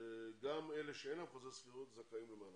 וגם אלה שאין להם חוזה שכירות זכאים למענק.